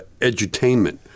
edutainment